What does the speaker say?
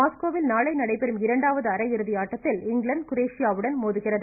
மாஸ்கோவில் நாளை நடைபெறும் இரண்டாவது அரையிறுதி ஆட்டத்தில் இங்கிலாந்து குரேஷியாவுடன் மோதுகிறது